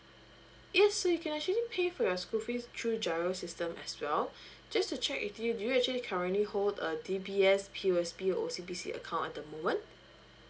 yes so you can actually pay for your school fees through GIRO system as well just to check with you do you actually currently hold a DBS POSB OCBC account at the moment